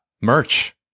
merch